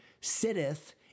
sitteth